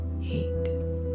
eight